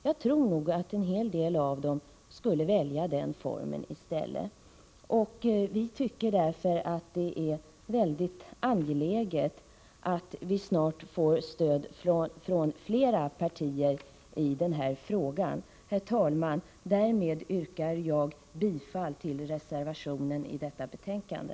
Jag tror nog att en hel del av dem skulle välja den formen i stället. Vi tycker därför att det är mycket angeläget att vi snart får stöd från flera partier i den här frågan. Herr talman! Därmed yrkar jag bifall till reservationen till detta betänkande.